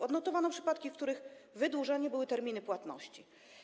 Odnotowano przypadki, w których wydłużane były terminy płatności.